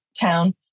town